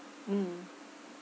mm